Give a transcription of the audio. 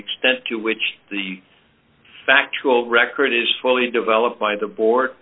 extent to which the factual record is fully developed by the